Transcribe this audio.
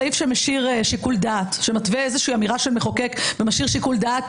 סעיף שמתווה איזו שהיא אמירה של מחוקק ומשאיר שיקול דעת